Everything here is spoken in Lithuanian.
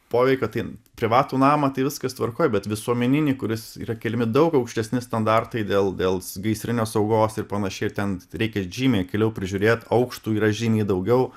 poveikio tai privatų namą tai viskas tvarkoj bet visuomeninį kuris yra keliami daug aukštesni standartai dėl dėl gaisrinio saugos ir panašiai ten reikia žymiai giliau prižiūrėt aukštų yra žymiai daugiau